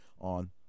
on